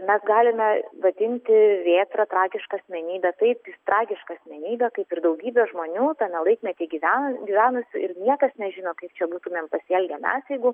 mes galime vadinti vėtrą tragiška asmenybe taip jis tragiška asmenybė kaip ir daugybė žmonių tame laikmety gyve gyvenusių ir niekas nežino kaip čia būtumėm pasielgę mes jeigu